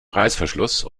reißverschluss